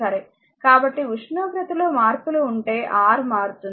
సరే కాబట్టి ఉష్ణోగ్రతలో మార్పులు ఉంటే R మారుతుంది